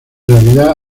realidad